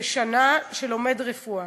אחד בשנה שלומד רפואה.